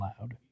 loud